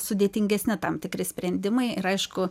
sudėtingesni tam tikri sprendimai ir aišku